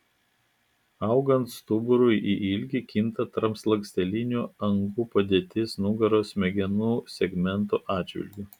augant stuburui į ilgį kinta tarpslankstelinių angų padėtis nugaros smegenų segmentų atžvilgiu